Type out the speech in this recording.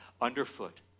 underfoot